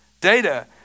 Data